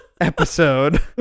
episode